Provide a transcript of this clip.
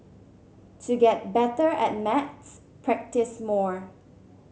to get better at maths practise more